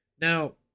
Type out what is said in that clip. Now